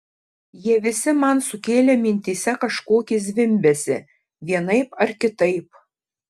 jie visi man sukėlė mintyse kažkokį zvimbesį vienaip ar kitaip